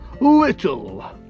Little